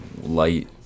light